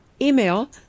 email